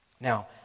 Now